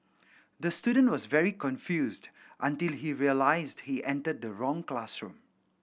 the student was very confused until he realised he entered the wrong classroom